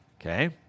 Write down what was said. Okay